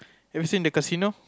have you seen the casino